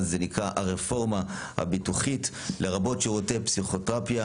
זה נקרא אז "הרפורמה הביטוחית" לרבות שירותי פסיכותרפיה,